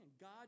God